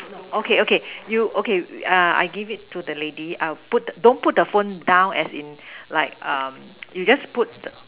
okay okay you okay err I give it to the lady I'll put don't put the phone down as in like um you just put